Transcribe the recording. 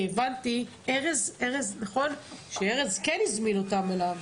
כי הבנתי שארז כן הזמין אותם אליו.